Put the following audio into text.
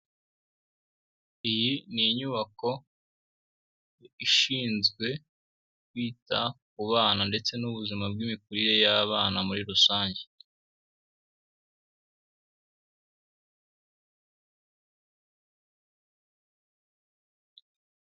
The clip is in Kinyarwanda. Iyi ni inyubako ishinzwe kwita ku bana ndetse n'ubuzima bw'imikurire y'abana muri rusange.